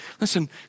listen